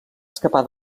escapar